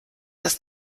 das